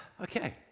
Okay